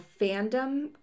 fandom